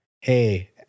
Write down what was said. Hey